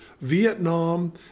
Vietnam